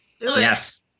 Yes